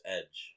Edge